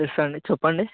yes అండి చెప్పండి